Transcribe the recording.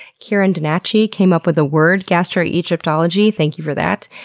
kieran donnachie came up with the word gastroegyptology, thank you for that.